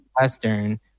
Western